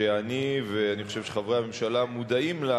שאני, ואני חושב שחברי הממשלה מודעים לה,